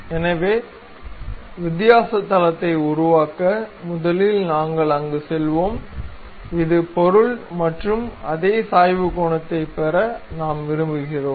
எனவே வித்தியாச தளத்தை உருவாக்க முதலில் நாங்கள் அங்கு செல்வோம் இது பொருள் மற்றும் அதே சாய்வு கோணத்தைப் பெற நாம் விரும்புகிறோம்